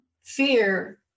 fear